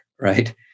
right